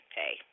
hey